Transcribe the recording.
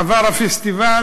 עבר הפסטיבל,